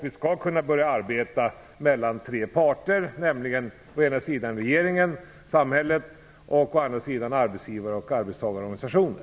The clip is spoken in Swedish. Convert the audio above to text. Vi skall kunna börja arbeta mellan tre parter, nämligen å ena sidan regeringen och samhället och å andra sidan arbetsgivare och arbetstagarorganisationer.